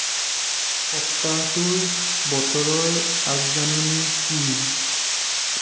সপ্তাহটোৰ বতৰৰ আগজাননী কি